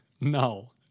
No